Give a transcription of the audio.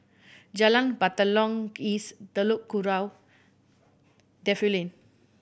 Jalan Batalong East Telok Kurau Defu Lane